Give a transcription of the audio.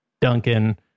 Duncan